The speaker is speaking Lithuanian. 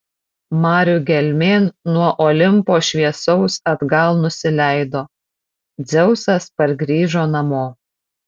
marių gelmėn nuo olimpo šviesaus atgal nusileido dzeusas pargrįžo namo